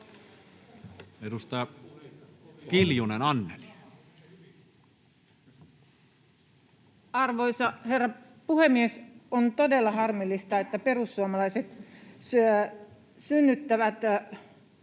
Edustaja Kinnunen, Anneli. Arvoisa herra puhemies! On todella harmillista, että perussuomalaiset synnyttävät